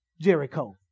Jericho